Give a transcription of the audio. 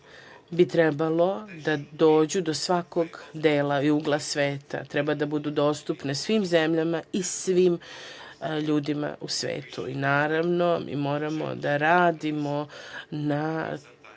bi trebalo da dođu do svakog dela i ugla sveta. Treba da budu dostupne svim zemljama i svim ljudima u svetu. Naravno, moramo da radimo na